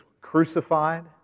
crucified